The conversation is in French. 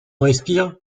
respire